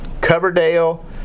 Coverdale